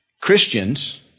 Christians